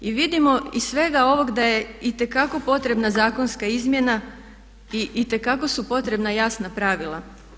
I vidimo iz svega ovog da je itekako potrebna zakonska izmjena i itekako su potrebna jasna pravila.